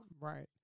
Right